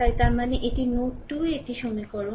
তাই তার মানে এটি নোড 2 এ এটি সমীকরণ